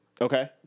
Okay